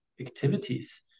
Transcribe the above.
activities